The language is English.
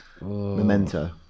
Memento